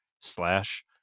slash